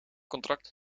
contract